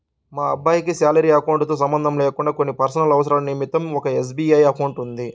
మా అబ్బాయికి salary account తో సంబంధం లేకుండా కొన్ని పర్సనల్ అవసరాల నిమిత్తం ఒక ఎస్.బీ.ఐ అకౌంట్ ఉంది